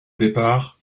départ